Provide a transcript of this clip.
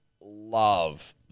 love